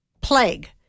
plague